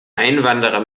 einwanderer